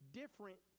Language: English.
different